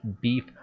Beef